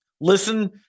Listen